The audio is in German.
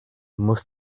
muss